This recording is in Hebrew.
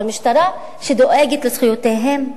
אבל משטרה שדואגת לזכויותיהם.